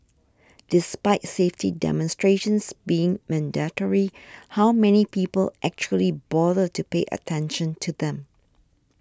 despite safety demonstrations being mandatory how many people actually bother to pay attention to them